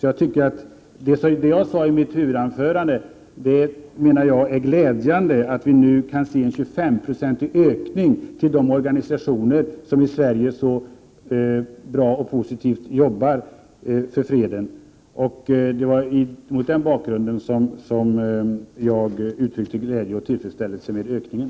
Jag sade i mitt huvudanförande att det är glädjande att de organisationer som i Sverige så bra och positivt jobbar för freden får en 25-procentig ökning. Det var mot den bakgrunden som jag uttryckte tillfredsställelse med ökningen.